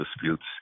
disputes